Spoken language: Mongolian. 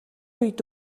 үед